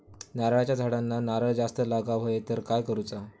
नारळाच्या झाडांना नारळ जास्त लागा व्हाये तर काय करूचा?